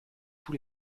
tous